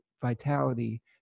vitality